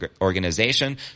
organization